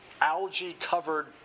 algae-covered